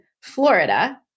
Florida